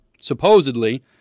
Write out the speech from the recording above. supposedly